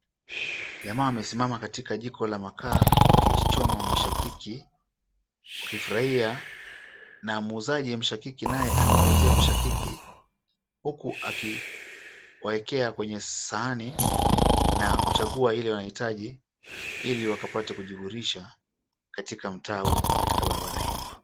Jamaa amesimama katika jiko la makaa wakichoma mishakiki, wakifurahia na muuzaji mshakiki naye anawauzia mishakiki huku akiwaekea kwenye sahani na kuchagua ile wanahitaji ili wakapate kujiburudisha katika mtaa huu na katika barabara hii.